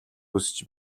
хүсэж